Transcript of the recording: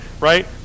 right